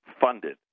funded